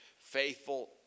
faithful